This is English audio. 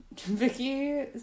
Vicky